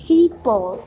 People